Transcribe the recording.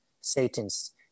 Satan's